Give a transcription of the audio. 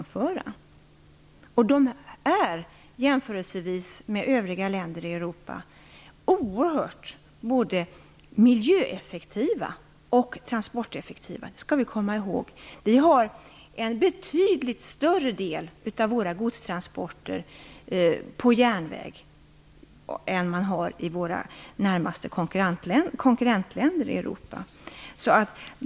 SJ är jämfört med järnvägsföretagen i övriga länder i Europa både oerhört miljöeffektivt och oerhört transporteffektivt. Det skall vi komma ihåg. Vi har en betydligt större del av våra godstransporter på järnväg än vad man har i våra närmaste konkurrentländer i Europa.